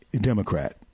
Democrat